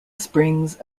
springs